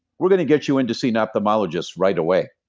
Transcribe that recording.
we're going to get you in to see an ophthalmologist right away.